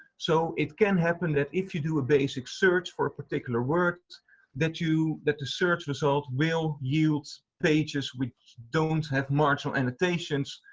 so it can happen that if you do a basic search for a particular words that you that the search result will yield pages we don't have marginal annotations,